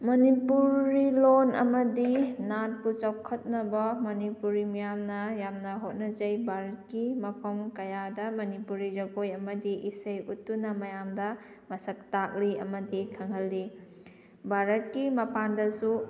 ꯃꯅꯤꯄꯨꯔꯤ ꯂꯣꯟ ꯑꯃꯗꯤ ꯅꯥꯠꯄꯨ ꯆꯥꯎꯈꯠꯅꯕ ꯃꯅꯤꯄꯨꯔꯤ ꯃꯤꯌꯥꯝꯅ ꯌꯥꯝꯅ ꯍꯣꯠꯅꯖꯩ ꯚꯥꯔꯠꯀꯤ ꯃꯐꯝ ꯀꯌꯥꯗ ꯃꯅꯤꯄꯨꯔꯤ ꯖꯒꯣꯏ ꯑꯃꯗꯤ ꯏꯁꯩ ꯎꯠꯇꯨꯅ ꯃꯌꯥꯝꯗ ꯃꯁꯛ ꯇꯥꯛꯂꯤ ꯑꯃꯗꯤ ꯈꯪꯍꯜꯂꯤ ꯚꯥꯔꯠꯀꯤ ꯃꯄꯥꯟꯗꯁꯨ